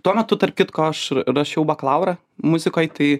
tuo metu tarp kitko aš rašiau bakalaurą muzikoj tai